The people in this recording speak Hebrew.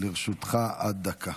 לרשותך עד דקה.